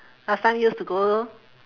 last time used to go